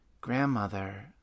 grandmother